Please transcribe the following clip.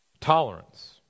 Tolerance